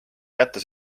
kätte